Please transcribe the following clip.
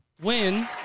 win